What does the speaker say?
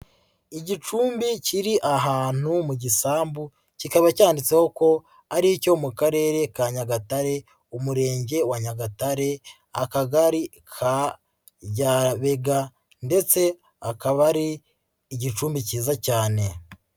Igicumbi kiri ahantu mu gisambu kikaba cyanditseho ko ari icyo mu karere ka Nyagatare Umurenge wa Nyagatare, Akagari ka Ryabega ndetse akaba ari igicumbi cyiza cyane.